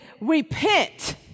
repent